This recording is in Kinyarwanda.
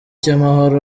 cy’amahoro